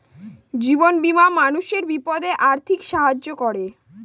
জীবন বীমা মানুষের বিপদে আর্থিক সাহায্য করে